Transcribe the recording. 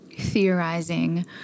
theorizing